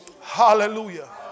Hallelujah